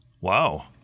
Wow